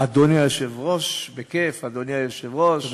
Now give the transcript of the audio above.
אדוני היושב-ראש, בכיף, אדוני היושב-ראש,